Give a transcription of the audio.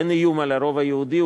אין איום על הרוב היהודי,